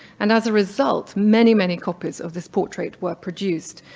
and as a result, many many copies of this portrait were produced,